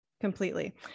Completely